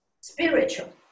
spiritual